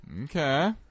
Okay